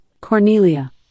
Cornelia